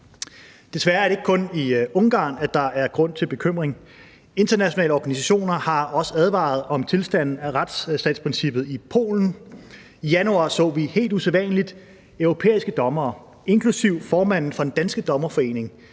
Desværre er det ikke kun i Ungarn, at der er grund til bekymring. Internationale organisationer har også advaret om tilstanden af retsstatsprincippet i Polen. I januar så vi helt usædvanligt europæiske dommere, inklusive formanden for den danske dommerforening,